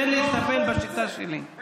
תן לי לטפל בשיטה שלי.